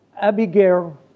Abigail